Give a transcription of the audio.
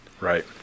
Right